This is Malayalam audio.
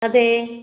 അതെ